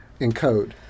encode